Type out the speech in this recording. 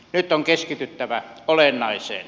nyt on keskityttävä olennaiseen